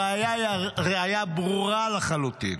הראיה היא ראיה ברורה לחלוטין.